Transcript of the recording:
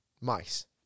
mice